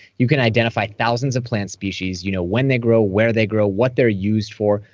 you can identify thousands of plant species. you know when they grow where they grow, what they're used for,